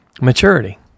maturity